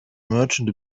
merchant